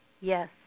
yes